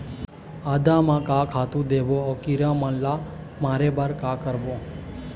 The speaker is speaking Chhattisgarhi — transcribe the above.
आदा म का खातू देबो अऊ कीरा हमन ला मारे बर का करबो?